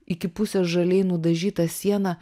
iki pusės žaliai nudažyta siena